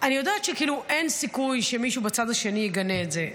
אני יודעת שכאילו אין סיכוי שמישהו בצד השני יגנה את זה,